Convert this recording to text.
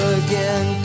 again